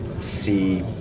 see